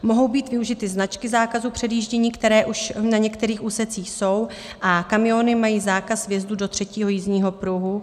Mohou být využity značky zákazu předjíždění, které už na některých úsecích jsou, a kamiony mají zákaz vjezdu do třetího jízdního pruhu.